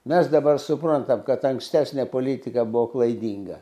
mes dabar suprantam kad ankstesnė politika buvo klaidinga